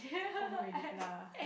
over already [la]